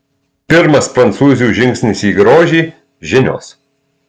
pirmas prancūzių žingsnis į grožį žinios